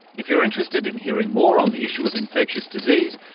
if you're interested in hearing more on the issue of infectious disease,